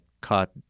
caught